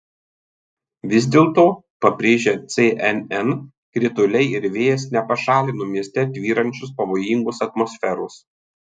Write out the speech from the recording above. vis dėlto pabrėžia cnn krituliai ir vėjas nepašalino mieste tvyrančios pavojingos atmosferos